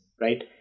Right